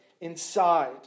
inside